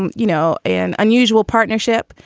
and you know, an unusual partnership.